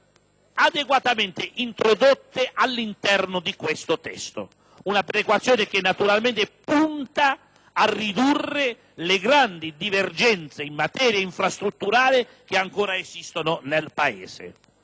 adeguatamente introdotta all'interno di questo provvedimento, una perequazione che naturalmente punta a ridurre le grandi divergenze in materia infrastrutturale che ancora esistono nel Paese.